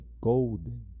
golden